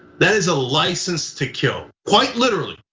that is a license to kill, quite literally,